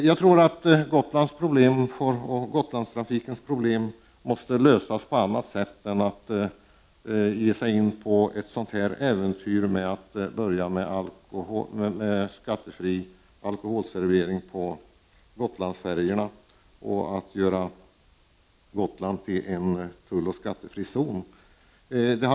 Jag tror att Gotlands och Gotlandstrafikens problem måste lösas på något annat sätt än genom ett sådant äventyr som att tillåta servering av skattefri alkohol på Gotlandsfärjorna och genom att göra Gotland till en tulloch skattefri zon.